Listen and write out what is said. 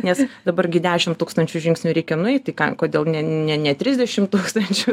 nes dabar gi dešim tūkstančių žingsnių reikia nueit tai ką kodėl ne ne trisdešim tūkstančių